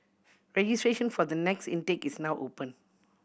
registration for the next intake is now open